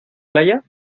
playa